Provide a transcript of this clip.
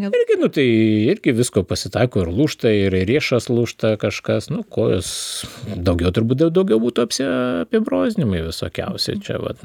irgi nu tai irgi visko pasitaiko ir lūžtair riešas lūžta kažkas nu kojos daugiau turbūt daugiau būtų apsi apibrozdinami visokiausi čia vat